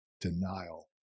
denial